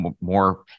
more